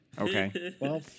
Okay